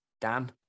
Dan